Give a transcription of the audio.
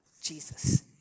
Jesus